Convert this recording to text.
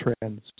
trends